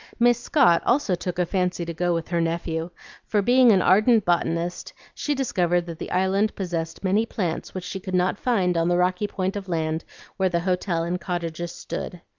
miss scott also took a fancy to go with her nephew for, being an ardent botanist, she discovered that the island possessed many plants which she could not find on the rocky point of land where the hotel and cottages stood.